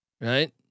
right